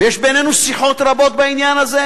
ויש בינינו שיחות רבות בעניין הזה,